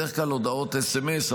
בדרך כלל הודעות סמס,